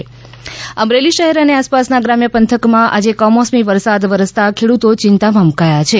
કમોસમી વરસાદ અમરેલી શહેર અને આસપાસનાં ગ્રામ્ય પંથકમાં આજે કમોસમી વરસાદ વરસતાં ખેડ્રતો ચિંતામાં મૂકાયા છે